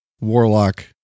warlock